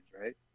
right